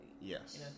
Yes